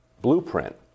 blueprint